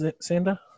sander